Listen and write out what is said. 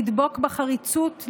לדבוק בחריצות,